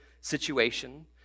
situation